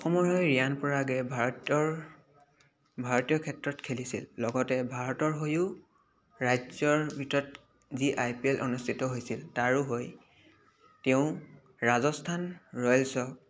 অসমৰ হৈ ৰিয়ান পৰাগে ভাৰতৰ ভাৰতীয় ক্ষেত্ৰত খেলিছিল লগতে ভাৰতৰ হৈও ৰাজ্যৰ ভিতৰত যি আই পি এল অনুষ্ঠিত হৈছিল তাৰো হৈ তেওঁ ৰাজস্থান ৰয়েলছ